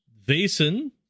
Vason